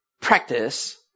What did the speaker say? practice